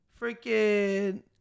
freaking